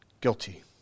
guilty